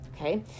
Okay